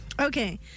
Okay